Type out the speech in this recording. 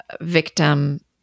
victim